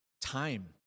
time